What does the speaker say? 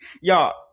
y'all